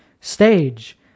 stage